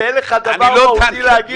כשאין לך דבר מהותי להגיד,